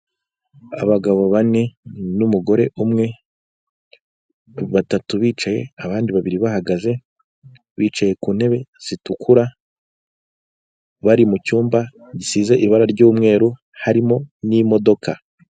Abagabo bane n'umugore umwe, batatu bicaye, abandi babiri bahagaze, bicaye ku ntebe zitukura, bari mu cyumba gisize ibara cy'umeru, harimo n'imodoka.